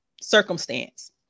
circumstance